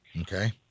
Okay